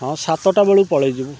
ହଁ ସାତଟା ବେଳୁ ପଳାଇ ଯିବୁ